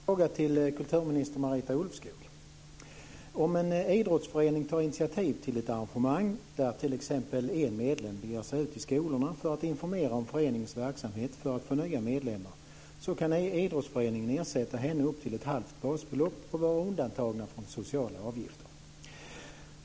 Fru talman! Jag har en fråga till kulturminister Om en idrottsförening tar initiativ till ett arrangemang där t.ex. en medlem beger sig ut i skolorna för att informera om föreningens verksamhet för att få nya medlemmar så kan idrottsföreningen ersätta honom eller henne med upp till ett halvt basbelopp och vara undantagen sociala avgifter.